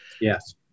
Yes